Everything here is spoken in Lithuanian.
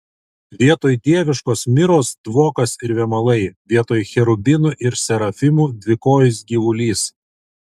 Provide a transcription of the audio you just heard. vietoj dieviškos miros dvokas ir vėmalai vietoj cherubinų ir serafimų dvikojis gyvulys